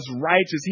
righteous